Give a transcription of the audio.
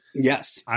Yes